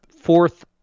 fourth